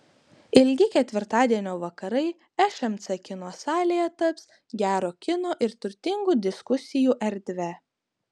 ilgi ketvirtadienio vakarai šmc kino salėje taps gero kino ir turtingų diskusijų erdve